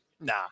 nah